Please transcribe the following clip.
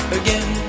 again